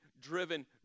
driven